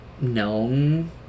known